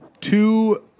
two